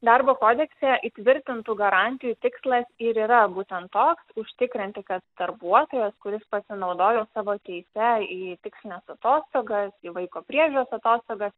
darbo kodekse įtvirtintų garantijų tikslas ir yra būtent toks užtikrinti kad darbuotojas kuris pasinaudojo savo teise į tikslines atostogas į vaiko priežiūros atostogas